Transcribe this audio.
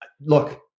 look